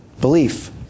belief